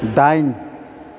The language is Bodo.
दाइन